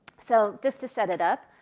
so just to set it up,